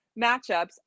matchups